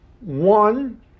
One